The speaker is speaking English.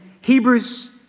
Hebrews